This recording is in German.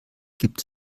gibt